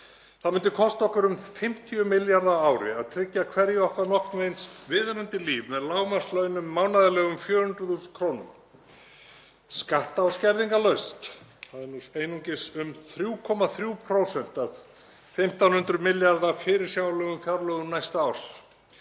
Það myndi kosta okkur um 50 milljarða á ári að tryggja hverju okkar nokkurn veginn viðunandi líf með lágmarkslaunum mánaðarlegum, 400.000 kr. skatta- og skerðingarlaust. Það eru nú einungis um 3,3% af 1.500 milljarða fyrirsjáanlegum fjárlögum næsta árs.